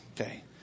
Okay